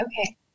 okay